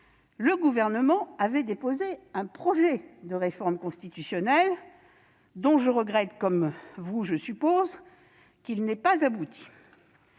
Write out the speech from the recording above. le Gouvernement avait déposé un projet de révision constitutionnelle dont je regrette- comme vous, je suppose ! -qu'il n'ait pas abouti.